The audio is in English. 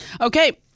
Okay